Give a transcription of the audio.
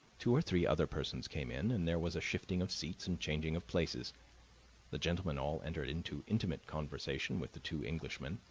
two or three other persons came in, and there was a shifting of seats and changing of places the gentlemen all entered into intimate conversation with the two englishmen,